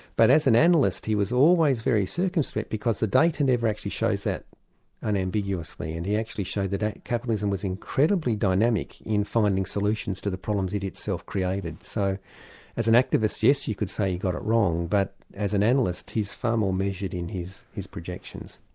but as an analyst he was always very circumspect, because the data never actually shows that unambiguously, and he actually showed that capitalism was incredibly dynamic in finding solutions to the problems it itself created. so as an activist, yes, you could say he got it wrong, but as an analyst he's far more measured in his projections.